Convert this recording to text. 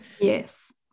Yes